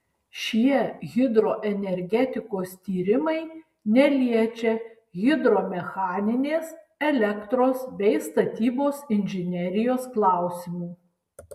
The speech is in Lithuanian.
šie hidroenergetikos tyrimai neliečia hidromechaninės elektros bei statybos inžinerijos klausimų